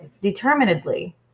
Determinedly